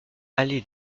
allée